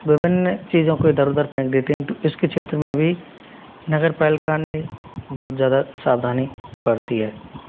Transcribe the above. विभिन्न चीज़ों को इधर उधर फेंक देते हैं तो इसके क्षेत्र में भी नगर पालिका ने बहुत ज़्यादा सावधानी बरती है